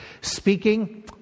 Speaking